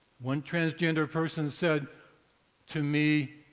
one transgender person said to me,